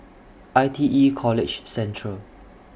I T E College Central